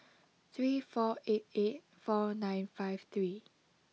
three four eight eight four nine five three